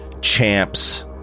champs